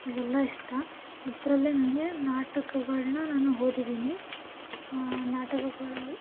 ಇವೆಲ್ಲ ಇಷ್ಟ ಇದರಲ್ಲೇ ನನಗೆ ನಾಟಕಗಳನ್ನ ನಾನು ಓದಿದ್ದೀನಿ ನಾಟಕಗಳು